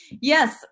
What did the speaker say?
Yes